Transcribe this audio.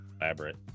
elaborate